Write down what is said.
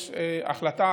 יש החלטה